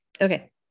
Okay